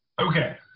Okay